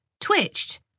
twitched